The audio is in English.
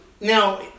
Now